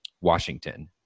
Washington